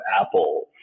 apple